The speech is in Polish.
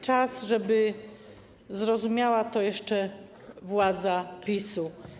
Czas, żeby zrozumiała to jeszcze władza PiS-u.